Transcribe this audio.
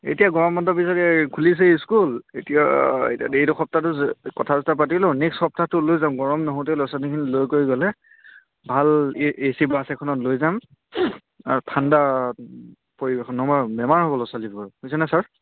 এতিয়া গৰম বন্ধ পিছতে খুলিছেই স্কুল এতিয়া এতিয়া এইটো সপ্তাহটো কথা চথা পাতি লওঁ নেক্সট সপ্তাহটো লৈ যাম গৰম নহওঁতেই ল'ৰা ছোৱালীখিনিক লৈ কৰি গ'লে ভাল এ চি বাচ এখনত লৈ যাম আৰু ঠাণ্ডা পৰিৱেশত নহ'বা বেমাৰ হ'ব ল'ৰা ছোৱালীবোৰৰ বুজিছেনে ছাৰ